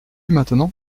maintenant